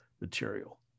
material